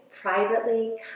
privately